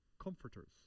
comforters